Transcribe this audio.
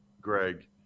Greg